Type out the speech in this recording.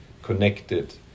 connected